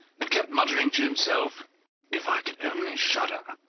and kept muttering to himself if i could only shudder!